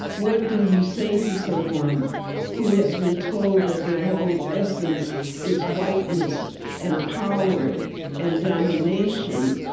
what do you say to someone who has been told that their whole essence is whiteness and power and domination,